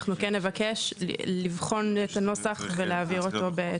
אנחנו כן נבקש לבחון את הנוסח ולהעביר אותו בתיאום.